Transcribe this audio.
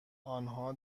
آنها